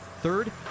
Third